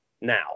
now